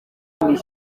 imbere